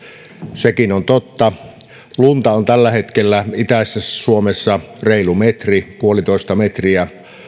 sekin on totta lunta on tällä hetkellä itäisessä suomessa reilu metri puolitoista metriä